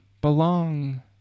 belong